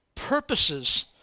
Purposes